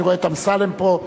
אני רואה את אמסלם פה.